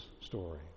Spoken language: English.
story